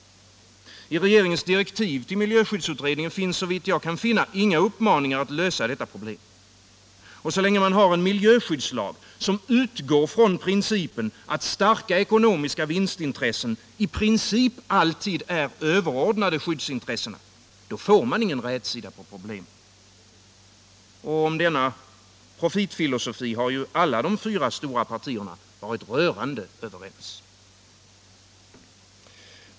I regeringens direktiv till miljöskyddsutredningen finns, såvitt jag kan finna, inga uppmaningar att lösa detta problem. Och så länge man har en miljöskyddslag som utgår ifrån att starka ekonomiska vinstintressen i princip alltid är överordnade skyddsintressena får man ingen rätsida på problemet. Och denna profitfilosofi har ju alla de fyra stora partierna varit rörande överens om.